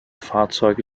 fahrzeuge